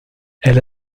elle